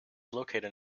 located